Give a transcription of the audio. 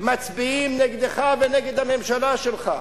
מצביעים נגדך ונגד הממשלה שלך?